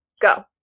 go